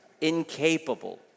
incapable